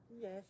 yes